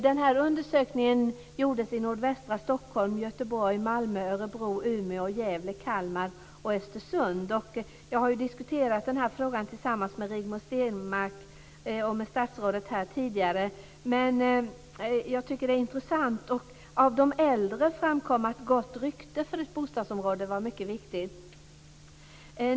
Den här undersökningen gjordes i nordvästra Stockholm, i Göteborg, Malmö, Örebro, Umeå, Gävle, Kalmar och Östersund. Jag har diskuterat den här frågan tillsammans med Rigmor Stenmark och statsrådet tidigare. Jag tycker att det är intressant. Bland de äldre framkom att gott rykte för ett bostadsområde var mycket viktigt.